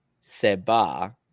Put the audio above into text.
Seba